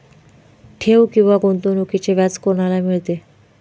ठेव किंवा गुंतवणूकीचे व्याज कोणाला मिळते?